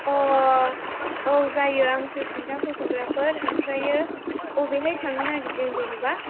अ औ जायो आं सुसमिता फट'ग्राफार ओमफ्राय बबेहाय थांनो नागिरदों जेनेबा